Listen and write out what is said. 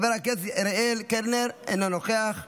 חבר הכנסת אריאל קלנר, אינו נוכח,